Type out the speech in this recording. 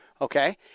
okay